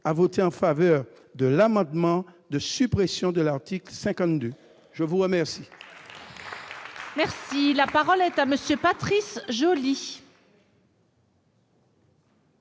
à voter en faveur de l'amendement de suppression de l'article 52. La parole